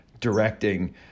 directing